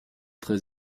très